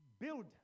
build